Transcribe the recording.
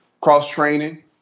cross-training